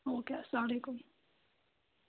okay اَلسلامُ علیکُم